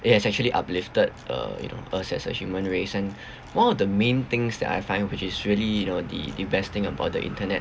it has actually uplifted uh you know us as a human race and one of the main things that I find which is really you know the the best thing about the internet